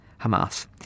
Hamas